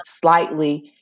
slightly